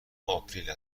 آپریل